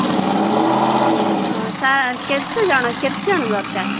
ହଁ ହଁ ହଁ ସାର୍ କେତେ ଜଣ କେତେ ଜଣ ଦରକାର